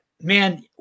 man